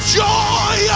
joy